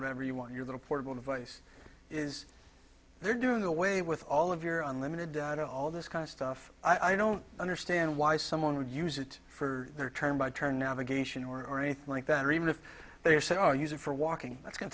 whatever you want your little portable device is they're doing away with all of your unlimited all this kind of stuff i don't understand why someone would use it for their turn by turn navigation or anything like that or even if they are say or use it for walking that's go